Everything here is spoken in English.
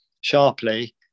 sharply